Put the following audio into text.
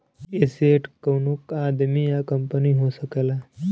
asset कउनो आदमी या कंपनी हो सकला